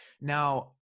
Now